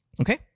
Okay